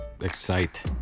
excite